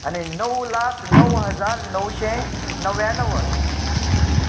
आनी णव लाख णव हजार णवशें णव्याणव्वद